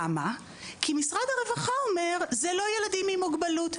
כי משרד הרווחה אומר: זה לא ילדים עם מוגבלות,